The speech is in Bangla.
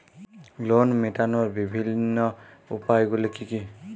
লোন মেটানোর বিভিন্ন উপায়গুলি কী কী?